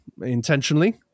intentionally